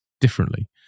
differently